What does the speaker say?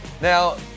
Now